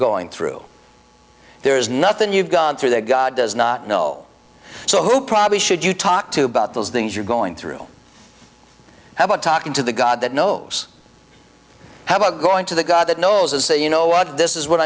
going through there's nothing you've gone through that god does not know so who probably should you talk to about those things you're going through have a talking to the god that knows how about going to the god that knows as a you know what this is what